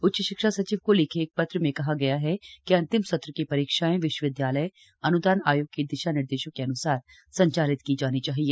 उच्चा शिक्षा सचिव को लिखे एक पत्र में कहा गया है कि अंतिम सत्र की परीक्षाएं विश्वआविद्यालय अनुदान आयोग के दिशा निर्देशों के अनुसार संचालित की जानी चाहिए